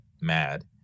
mad